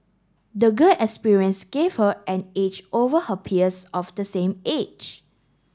the girl experience gave her an edge over her peers of the same age